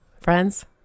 friends